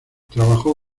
trabajó